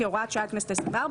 כהוראת שעה לכנסת ה-24,